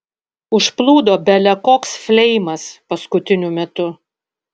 užplūdo bele koks fleimas paskutiniu metu